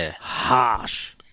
harsh